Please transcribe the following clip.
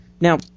Now